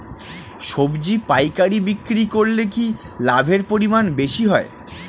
সবজি পাইকারি বিক্রি করলে কি লাভের পরিমাণ বেশি হয়?